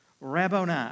Rabboni